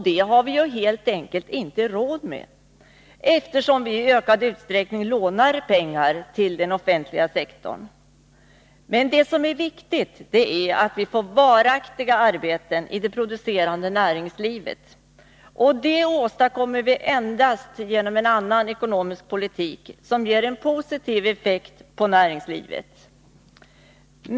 Det har vi helt enkelt inte råd med, eftersom vi i ökad utsträckning lånar pengar till den offentliga sektorn. Men det som är viktigt är att vi får varaktiga arbeten i det producerande näringslivet, och det åstadkommer vi endast genom en annan ekonomisk politik, som ger en positiv effekt på näringslivet.